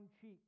cheek